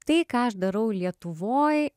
tai ką aš darau lietuvoj